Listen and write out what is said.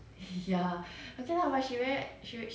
actually 它几岁了啊 like in human years